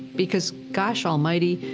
because gosh almighty,